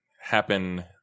happen